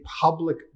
public